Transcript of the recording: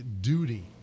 duty